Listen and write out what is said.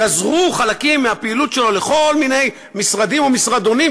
גזרו חלקים מהפעילות שלו לכל מיני משרדים ומשרדונים,